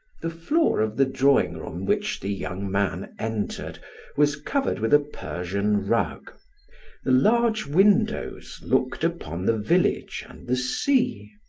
the floor of the drawing-room which the young man entered was covered with a persian rug the large windows looked upon the village and the sea.